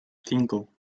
cinco